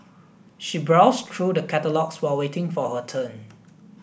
she browsed through the catalogues while waiting for her turn